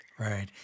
Right